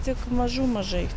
tik mažų mažai